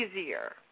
easier